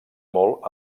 molt